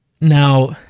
Now